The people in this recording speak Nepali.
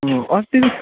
अस्ति